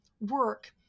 work